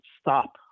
stop